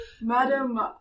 Madam